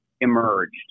emerged